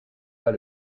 pas